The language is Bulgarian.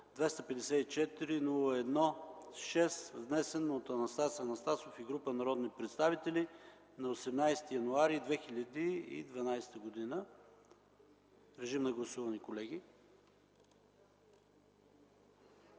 254-01-6, внесен от Анастас Анастасов и група народни представители на 18 януари 2012 г. Режим на гласуване.